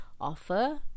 Offer